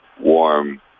warm